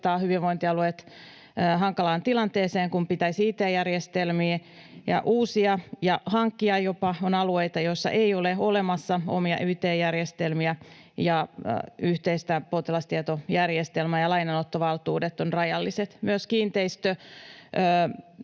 hyvinvointialueet hankalaan tilanteeseen, kun pitäisi it-järjestelmiä uusia ja jopa hankkia. On alueita, joissa ei ole olemassa omia it-järjestelmiä ja yhteistä potilastietojärjestelmää, ja lainanottovaltuudet ovat rajalliset. Myös kiinteistöt